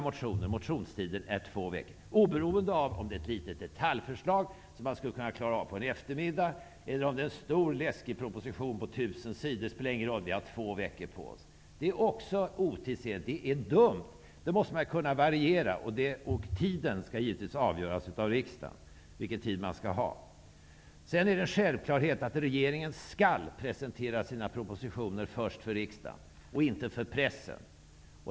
Man har alltså två veckor på sig oberoende av om propositionen rör ett litet detaljförslag som man skulle kunna klara av på en eftermiddag eller en stor proposition på 1 000 sidor. Det är otidsenligt och dumt. Man måste kunna variera tiden. Det skall givetvis vara riksdagen som skall avgöra vilken tid man skall behöver. Det är vidare en självklarhet att regeringen skall presentera sina propostioner först för riksdagen -- och inte för pressen.